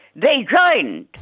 they joined.